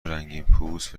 رنگینپوست